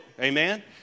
Amen